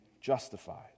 justified